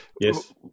Yes